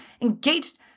engaged